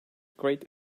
great